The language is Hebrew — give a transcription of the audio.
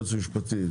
היועץ המשפטי,